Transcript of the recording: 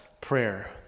prayer